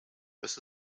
this